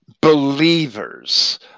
believers